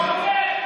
אחים ואחיות.